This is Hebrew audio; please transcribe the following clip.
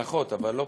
פחות, לא?